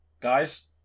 Guys